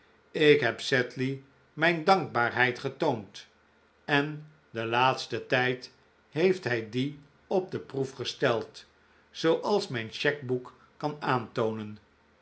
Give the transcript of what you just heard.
ik heb sedley mijn dankbaarheid getoond en den laatsten tijd heeft hij die op de proef gesteld zooals mijn cheque boek kan aantoonen